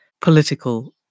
political